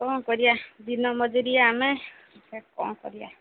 କ'ଣ କରିବା ଦିନ ମଜୁରୀ ଆମେ କ'ଣ କରିବା